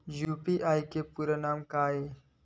UPI के पूरा नाम का ये?